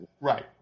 Right